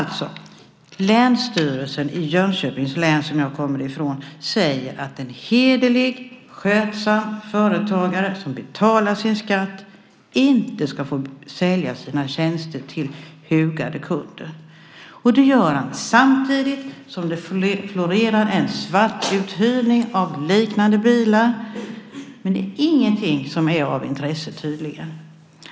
Länsstyrelsen i Jönköpings län, som jag kommer ifrån, säger alltså att en hederlig, skötsam företagare som betalar sin skatt inte ska få sälja sina tjänster till hugade kunder. Det gör man samtidigt som det florerar en svartuthyrning av liknande bilar, men det är tydligen inte någonting som är av intresse.